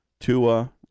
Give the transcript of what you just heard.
Tua